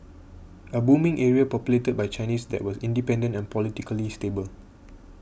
a booming area populated by Chinese that was independent and politically stable